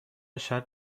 شرط